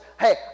Hey